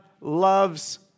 loves